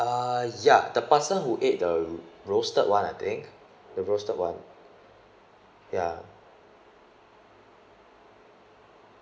uh ya the person who ate the roasted one I think the roasted one ya